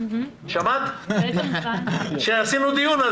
כשקיימנו דיון,